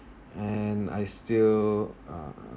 and i still ugh